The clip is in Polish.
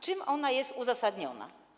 Czym ona jest uzasadniona?